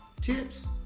Tips